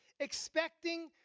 expecting